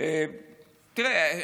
תראה,